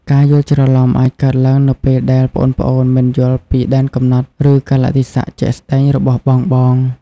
ការយល់ច្រឡំអាចកើតឡើងនៅពេលដែលប្អូនៗ មិនយល់ពីដែនកំណត់ ឬកាលៈទេសៈជាក់ស្ដែង របស់បងៗ។